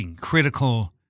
Critical